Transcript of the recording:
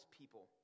people